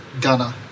Ghana